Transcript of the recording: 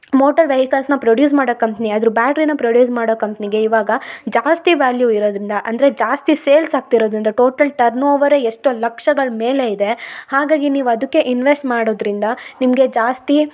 motor vehicles produce ಮಾಡೋ company ಅದ್ರ ಬ್ಯಾಟ್ರಿನ ಪ್ರೊಡ್ಯೂಸ್ ಮಾಡೋ ಕಂಪ್ನಿಗೆ ಇವಾಗ ಜಾಸ್ತಿ ವ್ಯಾಲ್ಯೂ ಇರದರಿಂದ ಅಂದರೆ ಜಾಸ್ತಿ ಸೇಲ್ಸ್ ಆಗ್ತಿರದರಿಂದ ಟೋಟಲ್ ಟರ್ನ್ಓವರೆ ಎಷ್ಟೋ ಲಕ್ಷಗಳು ಮೇಲೆ ಇದೆ ಹಾಗಾಗಿ ನೀವು ಅದಕ್ಕೆ ಇನ್ವೆಸ್ಟ್ ಮಾಡೋದರಿಂದ ನಿಮಗೆ ಜಾಸ್ತಿ